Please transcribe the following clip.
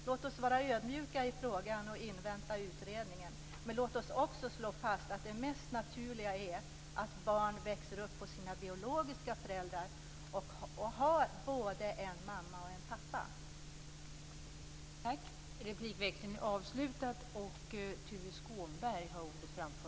Låt oss vara ödmjuka i frågan och invänta utredningen, men låt oss också slå fast att det mest naturliga är att barn växer upp hos sina biologiska föräldrar och har både en mamma och en pappa.